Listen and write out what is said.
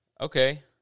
okay